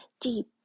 deep